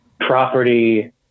property